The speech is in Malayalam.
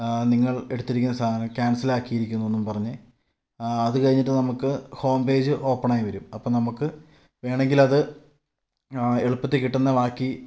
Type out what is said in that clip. നിങ്ങള് എടുത്തിരിക്കുന്ന സാധനം ക്യാന്സലാക്കീരിക്കുന്നൂന്നും പറഞ്ഞ് അത് കഴിഞ്ഞിട്ട് നമുക്ക് ഹോം പേജ് ഓപ്പണായി വരും അപ്പം നമുക്ക് വേണമെങ്കിലത് എളുപ്പത്തില് കിട്ടുന്ന ബാക്കി